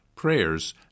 prayers